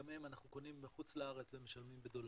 גם אותם אנחנו קונים בחוץ לארץ ומשלמים בדולרים.